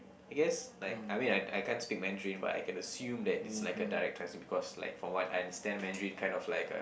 I guess like I mean I I can't speak Mandarin but I can assume that it's like a direct translate because like from what I understand Mandarin kind of like a